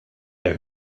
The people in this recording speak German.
der